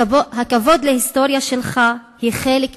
הכבוד להיסטוריה שלך היא חלק מהנאורות.